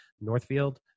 Northfield